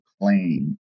claim